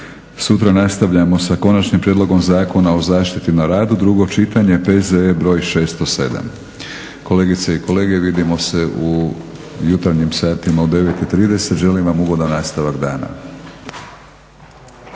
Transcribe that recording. Sutra nastavljamo sa Konačnim prijedlogom Zakona o zaštiti na radu, drugo čitanje, P.Z.E. br. 607. Kolegice i kolege, vidimo se u jutarnjim satima u 9,30, želim vam ugodan nastavak dana.